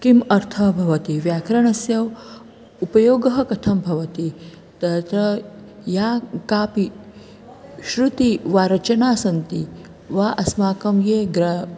किम् अर्थः भवति व्याकरणस्य उपयोगः कथं भवति तत्र या कापि श्रुतिः वा रचना सन्ति वा अस्माकं ये ग्र